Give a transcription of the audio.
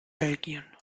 belgien